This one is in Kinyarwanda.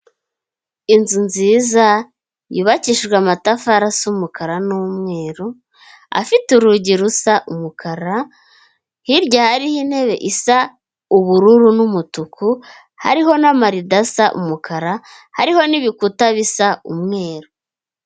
Inzu nziza yubakishijwe amatafari asa umukara n'umweru, afite urugi rusa umukara, hirya hariho intebe isa ubururu n'umutuku, hariho n'amarido asa umukara, hariho n'ibikuta bisa umweru.